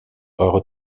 eure